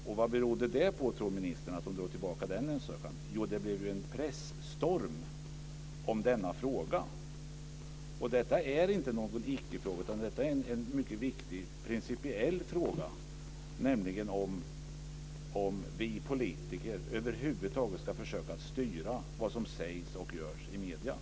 Och vad berodde det på, tror ministern? Jo, det blev ju en presstorm om denna fråga. Detta är inte någon icke-fråga, utan detta är en mycket viktig principiell fråga som handlar om huruvida vi politiker över huvud taget ska försöka att styra vad som sägs och görs i medierna.